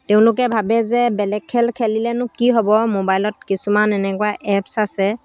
তেওঁলোকে ভাবে যে বেলেগ খেল খেলিলেনো কি হ'ব মোবাইলত কিছুমান এনেকুৱা এপছ আছে